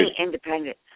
independent